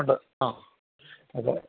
ഉണ്ട് ആ അതെ